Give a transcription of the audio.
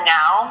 now